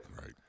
Right